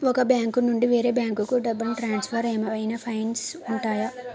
ఒక బ్యాంకు నుండి వేరే బ్యాంకుకు డబ్బును ట్రాన్సఫర్ ఏవైనా ఫైన్స్ ఉంటాయా?